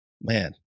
Man